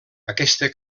aquesta